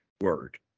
word